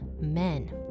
men